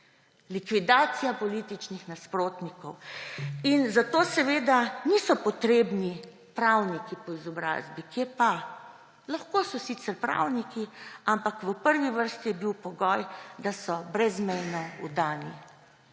Likvidacija političnih nasprotnikov. Zato seveda niso potrebni pravniki po izobrazbi, kje pa, lahko so sicer pravniki, ampak v prvi vrsti je bil pogoj, da so brezmejno vdani.